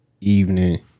evening